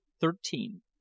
thirteen